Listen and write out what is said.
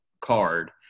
card